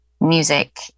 music